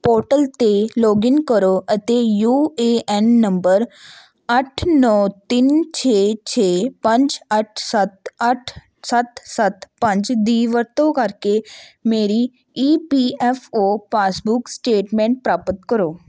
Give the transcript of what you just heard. portal 'ਤੇ login ਕਰੋ ਅਤੇ ਯੂ ਏ ਐੱਨ ਨੰਬਰ ਅੱਠ ਨੌ ਤਿੰਨ ਛੇ ਛੇ ਪੰਜ ਅੱਠ ਸੱਤ ਅੱਠ ਸੱਤ ਸੱਤ ਪੰਜ ਦੀ ਵਰਤੋਂ ਕਰਕੇ ਮੇਰੀ E P F O passbook statement ਪ੍ਰਾਪਤ ਕਰੋ